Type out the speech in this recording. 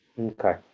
Okay